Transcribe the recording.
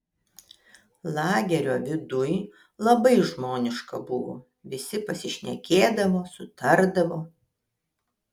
lagerio viduj labai žmoniška buvo visi pasišnekėdavo sutardavo